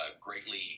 greatly